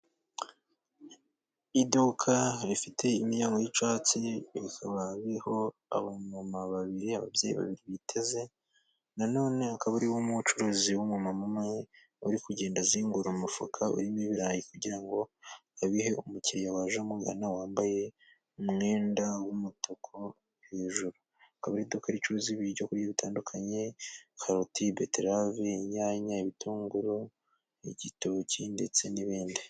Iduka rifite imiryango y'icyatsi rikaba hariho abamama babiri, ababyeyi babiri biteze nanone akaba ariwe mucuruzi w'umuntu wari kugenda afungura umufuka urimo ibirayi kugira ngo abihe umukiriya waje amugana wambaye umwenda w'umutuku hejuru. Akaba iduka ricuruza ibiryo bitandukanye, karoti, beterave, inyanya ibitunguru igitoki ndetse n'ibindi.